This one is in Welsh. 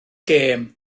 gêm